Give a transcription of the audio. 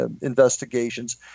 investigations